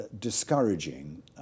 discouraging